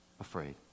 afraid